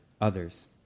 others